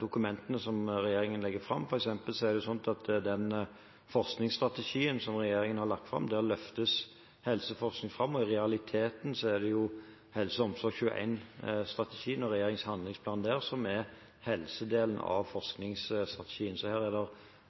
dokumentene som regjeringen legger fram. For eksempel er det slik at i den forskningsstrategien som regjeringen har lagt fram, løftes helseforskning fram, og i realiteten er det HelseOmsorg21-strategien og regjeringens handlingsplan der som er helsedelen av forskningsstrategien. Så her er